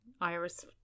Iris